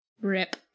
Rip